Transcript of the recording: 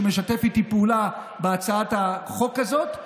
שמשתף איתי פעולה בהצעת החוק הזאת.